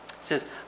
says